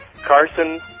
Carson